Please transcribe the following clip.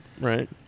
Right